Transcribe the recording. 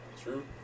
True